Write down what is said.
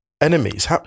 enemies